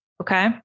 Okay